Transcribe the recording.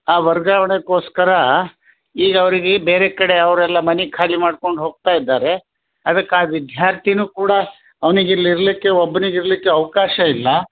ಆ ವರ್ಗಾವಣೆಗೋಸ್ಕರಾ ಈಗ ಅವ್ರಿಗೆ ಬೇರೆ ಕಡೆ ಅವರೆಲ್ಲ ಮನೆ ಖಾಲಿ ಮಾಡ್ಕೊಂಡು ಹೋಗ್ತಾ ಇದ್ದಾರೆ ಅದಕ್ಕೆ ಆ ವಿದ್ಯಾರ್ತಿನು ಕೂಡ ಅವ್ನಿಗೆ ಇಲ್ಲಿ ಇರಲಿಕ್ಕೆ ಒಬ್ನಿಗೆ ಇರಲಿಕ್ಕೆ ಅವಕಾಶ ಇಲ್ಲ